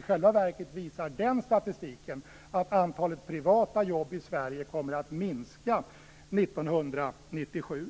I själva verket visar den statistiken att antalet privata jobb i Sverige kommer att minska 1997.